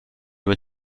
veux